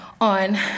on